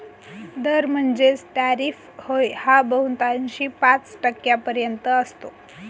दर म्हणजेच टॅरिफ होय हा बहुतांशी पाच टक्क्यांपर्यंत असतो